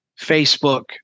Facebook